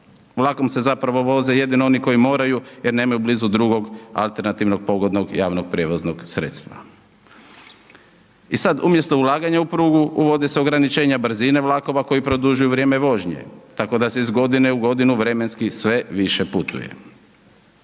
Vlakom se zapravo voze, jedino oni koji moraju, jer nemaju blizu drugog alternativnog, pogodnog i javnog prijevoznog sredstva. I sada umjesto ulaganja u prugu, uvodi se ograničenje brzine vlakova, koji produžuju vrijeme vožnje, tako da se iz godine u godinu vremenski sve više putuje.